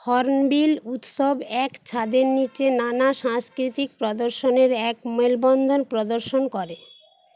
hornbill উৎসব এক ছাদের নিচে নানা সাংস্কৃতিক প্রদর্শনের এক মেলবন্ধন প্রদর্শন করে